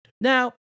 Now